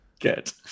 Good